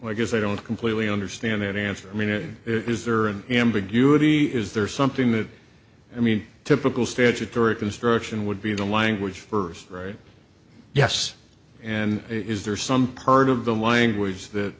i guess i don't completely understand that answer i mean it is there are an ambiguity is there something that i mean typical statutory construction would be the language first right yes and is there some part of the language that